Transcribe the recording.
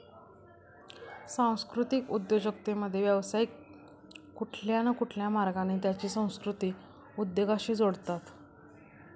सांस्कृतिक उद्योजकतेमध्ये, व्यावसायिक कुठल्या न कुठल्या मार्गाने त्यांची संस्कृती उद्योगाशी जोडतात